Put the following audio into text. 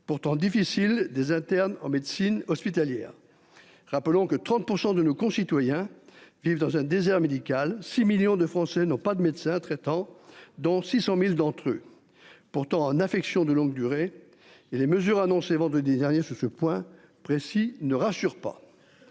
pourtant difficile des internes en médecine hospitalière. Rappelons que 30% de nos concitoyens vivent dans un désert médical. 6 millions de Français n'ont pas de médecin traitant, dont 600.000 d'entre eux. Pourtant en affection de longue durée et les mesures annoncées vendredi dernier sur ce point précis ne rassure pas.